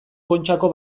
kontxako